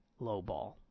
lowball